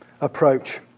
approach